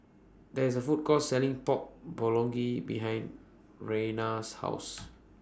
There IS A Food Court Selling Pork Bulgogi behind Rayna's House